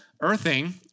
Earthing